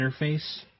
interface